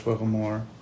more